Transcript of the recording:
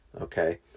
okay